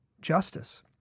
justice